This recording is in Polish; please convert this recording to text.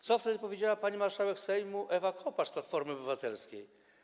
Co wtedy powiedziała pani marszałek Sejmu Ewa Kopacz z Platformy Obywatelskiej?